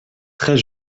très